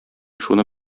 шуны